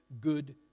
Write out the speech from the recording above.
good